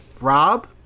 Rob